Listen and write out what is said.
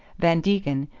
van degen,